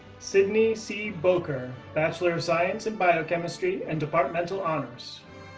sydney c bowker, bachelor of science in biochemistry and departmental honors.